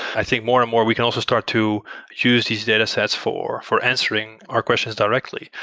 i think more and more we can also start to use these data sets for for answering our questions directly.